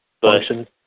Function